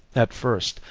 at first,